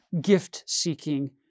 gift-seeking